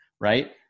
right